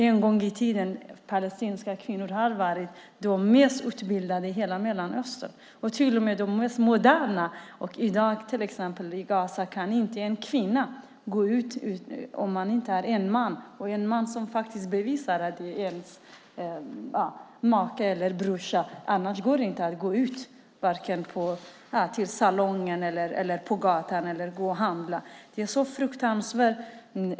En gång i tiden var de palestinska kvinnorna de bäst utbildade i hela Mellanöstern och till och med de modernaste. I dag kan till exempel en kvinna inte gå ut i Gaza om hon inte har med sig en man som kan bevisa att han är make eller brorsa. Annars går det inte att gå till salongen, gå ut på gatan eller gå och handla. Det är så fruktansvärt.